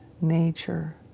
nature